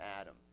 Adam